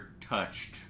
touched